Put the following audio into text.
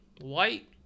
white